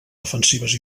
defensives